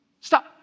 stop